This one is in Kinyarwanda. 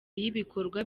y’ibikorwa